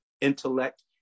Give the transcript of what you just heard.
intellect